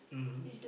mmhmm